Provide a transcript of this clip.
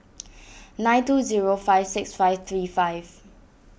nine two zero five six five three five